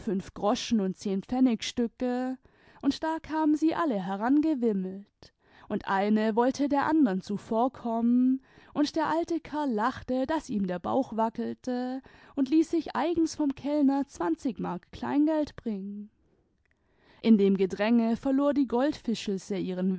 und fünfgroschen rnid zehnpfennigstücke und da kamen sie alle herangewimmelt und eine wollte der anderen zuvorkommen tmd der alte kerl lachte daß ihm der bauch wackelte und ließ sich eigens vom kellner zwanzig mark kleingeld bringen in dem gedränge verlor die goldfischelse ihren